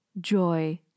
joy